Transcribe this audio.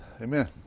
Amen